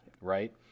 right